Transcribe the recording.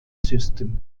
system